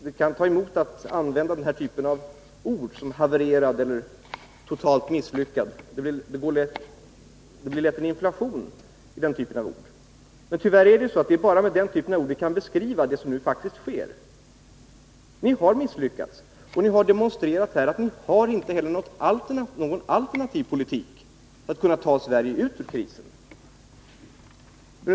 Det bär mig emot att använda ord som ”havererad” eller ”totalt misslyckad”, för det blir lätt en inflation i den typen av ord. Men tyvärr är det bara med sådana ord vi kan beskriva det som nu faktiskt sker. Ni har misslyckats, och ni har demonstrerat här att ni inte heller har någon alternativ politik som skulle kunna föra Sverige ut ur krisen.